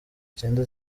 cyenda